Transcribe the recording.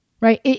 Right